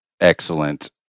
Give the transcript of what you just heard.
Excellent